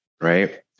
right